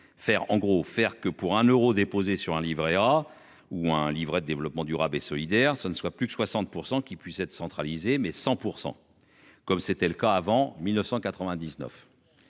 faire en gros faire que pour un euros déposés sur un Livret A ou un Livret de développement durable et solidaire, ce ne soit plus de 60% qui puisse être centralisé mais 100% comme c'était le cas avant 1999.